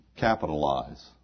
capitalize